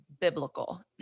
biblical